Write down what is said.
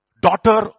daughter